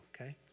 okay